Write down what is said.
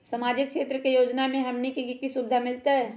सामाजिक क्षेत्र के योजना से हमनी के की सुविधा मिलतै?